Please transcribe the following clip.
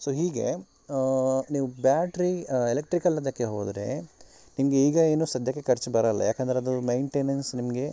so ಹೀಗೆ ನೀವು battery electrical ಅದಕ್ಕೆ ಹೋದರೆ ನಿಮಗೆ ಈಗ ಏನು ಸದ್ಯಕ್ಕೆ ಖರ್ಚು ಬರೋಲ್ಲ ಯಾಕೆಂದ್ರೆ ಅದು ಮೇನ್ಟೆನೆನ್ಸ್ ನಿಮಗೆ